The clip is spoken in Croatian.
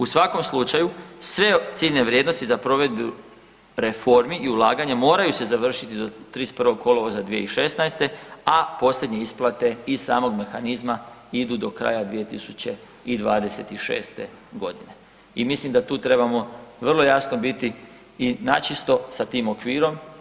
U svakom slučaju sve ciljne vrijednosti za provedbu reformi i ulaganja moraju se završiti do 31.kolovoza 2016., a posljednje isplate iz samog mehanizma idu do kraja 2026.g. i mislim da tu trebamo vrlo jasno biti i načisto sa tim okvirom.